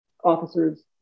officers